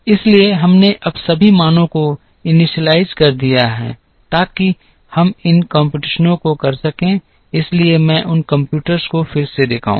इसलिए हमने अब सभी मानों को इनिशियलाइज़ कर दिया है ताकि हम इन कंप्यूटेशनों को कर सकें इसलिए मैं उन कंप्यूटर्स को फिर से दिखाऊँ